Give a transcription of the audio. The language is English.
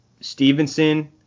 Stevenson